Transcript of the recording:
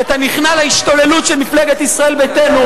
כי אתה נכנע להשתוללות של מפלגת ישראל ביתנו,